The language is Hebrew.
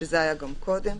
-- זה היה גם קודם.